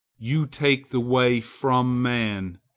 you take the way from man,